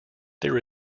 there